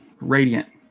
radiant